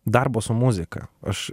darbo su muzika aš